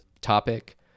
topic